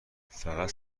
فقط